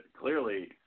clearly